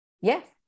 Yes